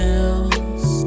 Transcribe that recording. else